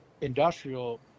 industrial